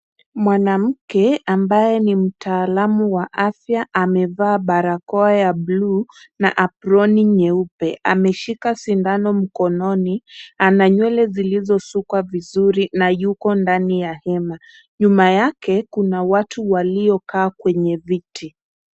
Mwanamke ambaye ni mtaalamu wa afya amevaa barakoa ya bluu na aproni nyeupe . Ameshika sindano mkononi, ananywele zilizosukwa vizuri na yuko ndani ya hema. Nyuma yake kuna watu walikaa kwenye viti.